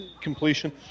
completion